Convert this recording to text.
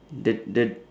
the the